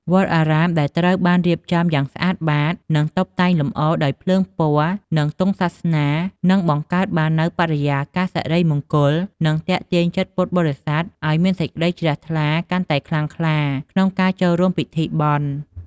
វត្តអារាមដែលត្រូវបានរៀបចំយ៉ាងស្អាតបាត និងតុបតែងលម្អដោយ ភ្លើងពណ៌ និងទង់សាសនា នឹងបង្កើតបាននូវបរិយាកាសសិរីមង្គល និងទាក់ទាញចិត្តពុទ្ធបរិស័ទឱ្យមានសេចក្ដីជ្រះថ្លាកាន់តែខ្លាំងក្លា ក្នុងការចូលរួមពិធីបុណ្យ។